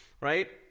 right